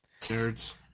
Nerds